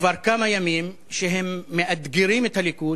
כבר כמה ימים שהם מאתגרים את הליכוד,